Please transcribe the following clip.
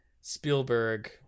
Spielberg